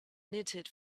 knitted